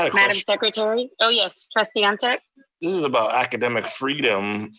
ah madam secretary? oh yes, trustee ah ntuk? this is about academic freedom.